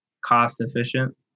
cost-efficient